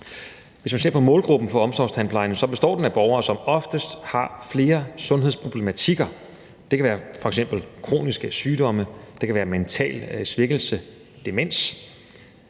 Hvis man ser på målgruppen for omsorgstandplejen, består den af borgere, som oftest har flere sundhedsproblematikker. Det kan være f.eks. kroniske sygdomme, det kan være mental svækkelse, demens